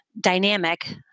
dynamic